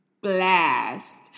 blast